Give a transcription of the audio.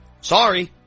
Sorry